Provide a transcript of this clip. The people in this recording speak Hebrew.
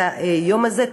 את היום הזה,